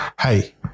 hey